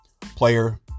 player